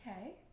Okay